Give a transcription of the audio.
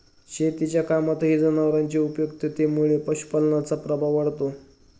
शेतीच्या कामातही जनावरांच्या उपयुक्ततेमुळे पशुपालनाचा प्रभाव वाढतो